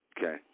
Okay